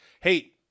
Hey